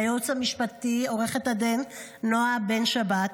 לייעוץ המשפטי: לעורכת הדין נועה בן שבת,